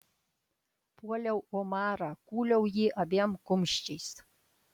puoliau omarą kūliau jį abiem kumščiais